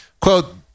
Quote